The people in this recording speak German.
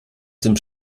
dem